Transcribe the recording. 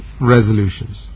resolutions